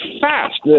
fast